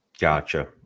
Gotcha